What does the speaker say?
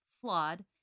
flawed